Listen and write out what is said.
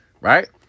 Right